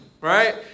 right